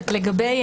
לגבי